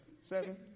Seven